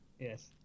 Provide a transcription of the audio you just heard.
Yes